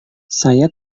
saya